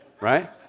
Right